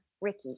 Ricky